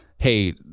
Hey